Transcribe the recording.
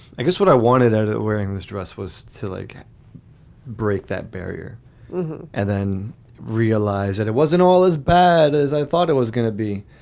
i guess what i wanted out wearing this dress was to like break that barrier and then realize that it wasn't all as bad as i thought it was gonna be.